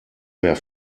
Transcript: mehr